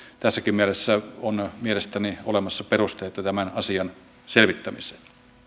tässäkin mielessä on mielestäni olemassa perusteita tämän asian selvittämiseen